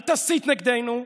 אל תסית נגדנו,